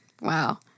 Wow